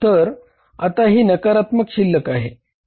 तर आता ही नकारात्मक शिल्लक आहे